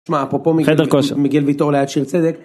שמע, אפרופו. חדר כושר. מגיל ויטור ליד שיר צדק.